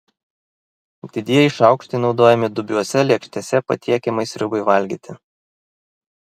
didieji šaukštai naudojami dubiose lėkštėse patiekiamai sriubai valgyti